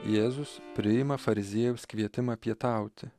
jėzus priima fariziejaus kvietimą pietauti